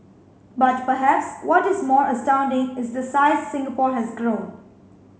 but perhaps what is more astounding is the size Singapore has grown